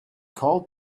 called